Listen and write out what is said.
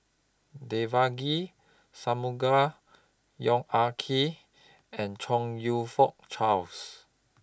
Devagi Sanmugam Yong Ah Kee and Chong YOU Fook Charles